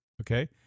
okay